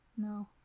No